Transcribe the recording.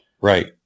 Right